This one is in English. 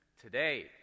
today